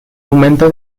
aumento